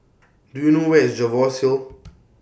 Do YOU know Where IS Jervois Hill